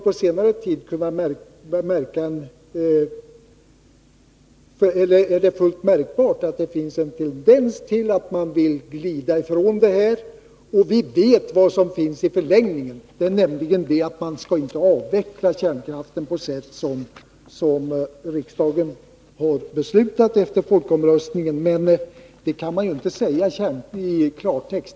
På senare tid är det dock fullt märkbart att det finns en tendens att glida ifrån detta. Och vi vet vad som finns i förlängningen, nämligen att man inte skall avveckla kärnkraften på det sätt som riksdagen efter folkomröstningen har beslutat om — men det kan man ju inte säga i klartext.